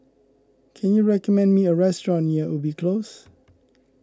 can you recommend me a restaurant near Ubi Close